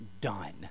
done